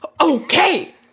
Okay